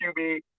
QB